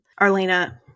Arlena